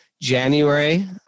January